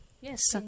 Yes